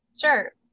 Sure